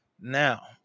Now